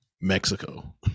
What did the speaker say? Mexico